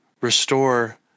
restore